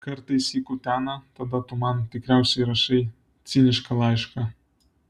kartais jį kutena tada tu man tikriausiai rašai cinišką laišką